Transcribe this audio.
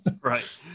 Right